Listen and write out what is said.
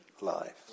life